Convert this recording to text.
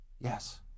yes